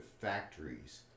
factories